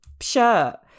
shirt